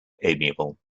amiable